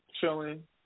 chilling